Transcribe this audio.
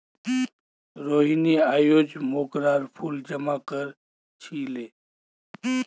रोहिनी अयेज मोंगरार फूल जमा कर छीले